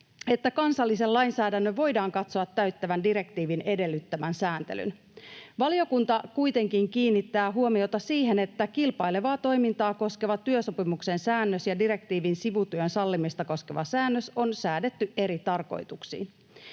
että kansallisen lainsäädännön voidaan katsoa täyttävän direktiivin edellyttämän sääntelyn. Valiokunta kuitenkin kiinnittää huomiota siihen, että kilpailevaa toimintaa koskeva työsopimuksen säännös ja direktiivin sivutyön sallimista koskeva säännös on säädetty eri tarkoitukseen.